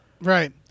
Right